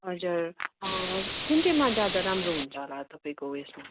हजुर कुन चाहिँमा जाँदा राम्रो हुन्छ होला तपाईँको उएसमा